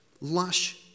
Lush